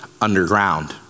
underground